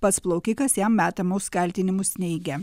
pats plaukikas jam metamus kaltinimus neigia